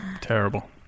Terrible